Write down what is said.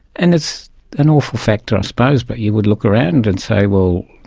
and it's an awful factor, suppose, but you would look around and say, well,